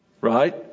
Right